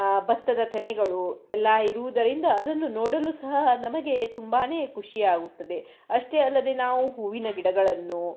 ಬತ್ತದ ತೆನೆಗಳು ಎಲ್ಲಾ ಇರುವುದರಿಂದ ಅದನ್ನು ನೋಡಲು ಸಹ ನಮಗೆ ತುಂಬಾ ಖುಷಿಯಾಗುತ್ತದೆ ಅಷ್ಟೇ ಅಲ್ಲದೇ ನಾವು ಹೂವಿನ ಗಿಡಗಳನ್ನು